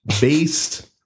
based